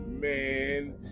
man